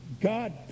God